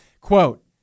Quote